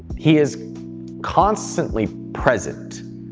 he is constantly present,